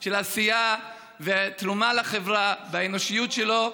של עשייה ותרומה לחברה באנושיות שלו.